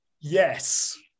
Yes